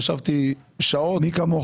אמרתי משהו